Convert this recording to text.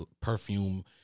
perfume